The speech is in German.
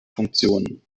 funktionen